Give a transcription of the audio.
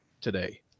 today